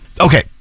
Okay